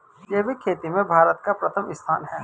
जैविक खेती में भारत का प्रथम स्थान है